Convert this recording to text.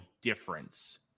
difference